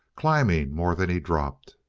climbing more than he dropped.